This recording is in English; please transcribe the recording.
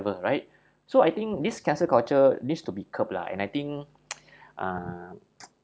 right so I think this cancel culture needs to be curbed lah and I think uh